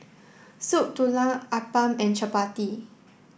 Soup Tulang Appam and Chappati